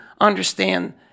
understand